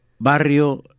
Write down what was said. Barrio